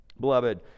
Beloved